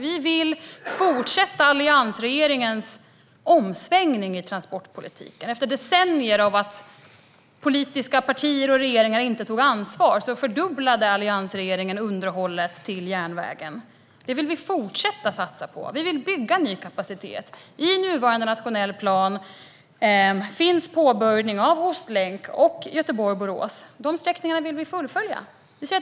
Vi vill fortsätta alliansregeringens omsvängning i transportpolitiken. Efter decennier av att politiska partier och regeringar inte tog ansvar fördubblade alliansregeringen underhållet till järnvägen. Det vill vi fortsätta satsa på. Vi vill bygga ny kapacitet. I nuvarande nationell plan påbörjas Ostlänken och sträckan Göteborg-Borås. De sträckningarna vill vi fullfölja.